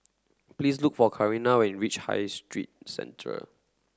please look for Carina when you reach High Street Centre